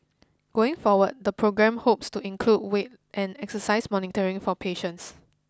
going forward the program hopes to include weight and exercise monitoring for patients